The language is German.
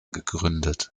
gegründet